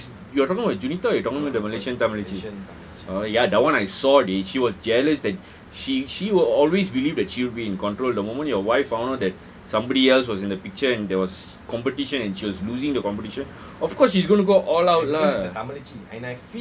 this is you're talking about junita or you talking about the malaysian தமிலச்சி:thamilachi oh ya that one I saw that she was jealous that she she will always believe that she'd be in control the moment your wife found out that somebody else was in that picture and there was competition and she was losing the competition of course she's going to go all out lah